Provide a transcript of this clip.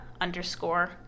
underscore